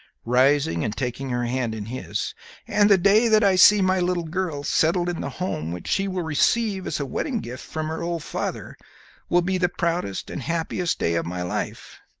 rising and taking her hand in his and the day that i see my little girl settled in the home which she will receive as a wedding-gift from her old father will be the proudest and happiest day of my life.